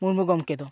ᱢᱩᱨᱢᱩ ᱜᱚᱢᱠᱮ ᱫᱚ